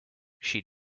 she